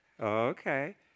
Okay